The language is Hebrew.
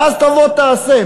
ואז תבוא תעשה.